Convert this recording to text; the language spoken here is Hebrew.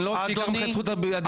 לא רק שאני אקח ממך את זכות הדיבור,